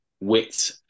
wit